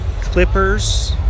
Clippers